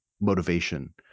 motivation